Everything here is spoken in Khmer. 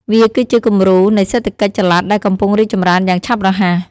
វាគឺជាគំរូនៃសេដ្ឋកិច្ចចល័តដែលកំពុងរីកចម្រើនយ៉ាងឆាប់រហ័ស។